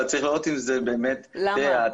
אבל צריך לראות אם זה באמת תראי,